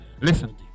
listen